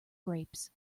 grapes